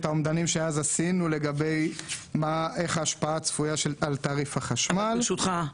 את האומדנים שאז עשינו לגבי ההשפעה הצפויה על תעריף החשמל --- ברשותך,